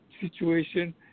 situation